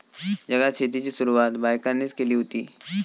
जगात शेतीची सुरवात बायकांनीच केली हुती